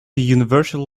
universal